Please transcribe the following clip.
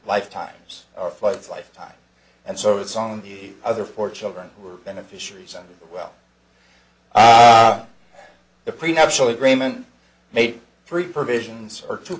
lifetimes or fights lifetime and so it's on the other for children who are beneficiaries and well the prenuptial agreement made three provisions or two